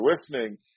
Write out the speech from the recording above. listening